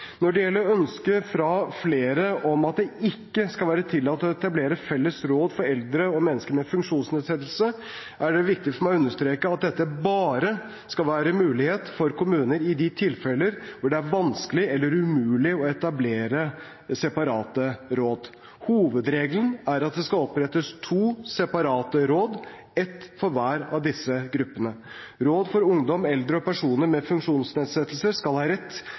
Når det gjelder ønsket fra flere om at det ikke skal være tillatt å etablere felles råd for eldre og mennesker med funksjonsnedsettelse, er det viktig for meg å understreke at dette bare skal være en mulighet for kommuner i de tilfellene hvor det er vanskelig eller umulig å etablere separate råd. Hovedregelen er at det skal opprettes to separate råd – ett for hver av disse gruppene. Rådene for ungdom, eldre og personer med funksjonsnedsettelse skal ha rett